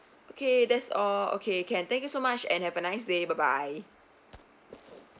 okay that's all okay can thank you so much and have a nice day bye bye